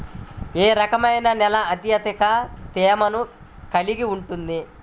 ఏ రకమైన నేల అత్యధిక తేమను కలిగి ఉంటుంది?